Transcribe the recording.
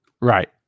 Right